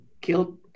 killed